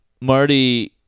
Marty